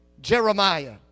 Jeremiah